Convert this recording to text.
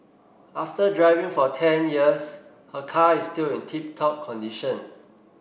after driving for ten years her car is still in tip top condition